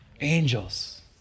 Angels